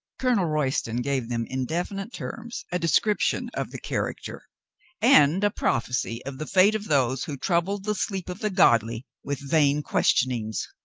colonel royston gave them in definite terms a de scription of the character and a prophecy of the fate of those who troubled the sleep of the godly with vain questionings.